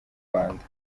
rwanda